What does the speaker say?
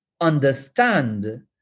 understand